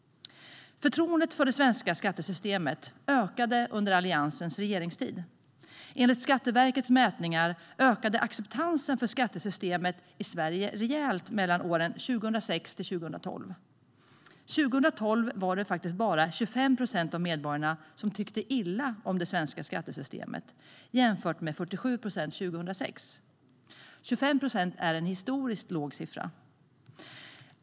Förtroendet för det svenska skattesystemet ökade under Alliansens regeringstid. Enligt Skatteverkets mätningar ökade acceptansen för skattesystemet i Sverige rejält mellan åren 2006 och 2012. År 2012 var det bara 25 procent av medborgarna som tyckte illa om det svenska skattesystemet jämfört med 47 procent 2006. 25 procent är en historiskt låg siffra.